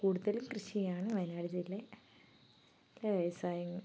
കൂടുതലും കൃഷിയാണ് വയനാട് ജില്ലയിൽ പിന്നെ വ്യവസായവും